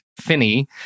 Finney